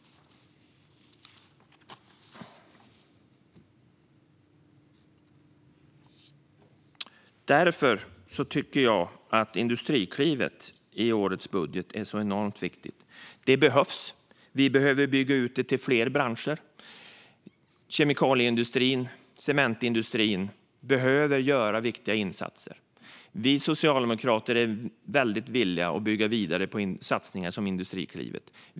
Därför tycker jag att Industriklivet i årets budget är så enormt viktigt. Det behövs, och vi behöver bygga ut det till fler branscher. Kemikalieindustrin och cementindustrin behöver göra viktiga insatser. Vi socialdemokrater är villiga att bygga vidare på satsningar som Industriklivet.